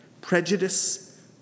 prejudice